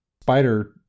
spider